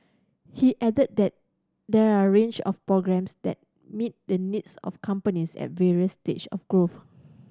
he added that there are range of programmes that meet the needs of companies at various stage of growth